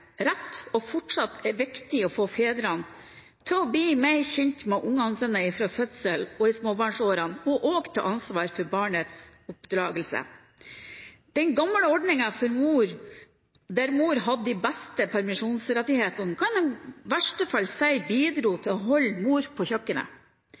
rett og fortsatt er viktig å få fedrene til å bli mer kjent med barna sine fra fødselen av og i småbarnsårene og også ta ansvar for barnas oppdragelse. Den gamle ordningen for mor, der mor hadde de beste permisjonsrettighetene, kan en i verste fall si bidro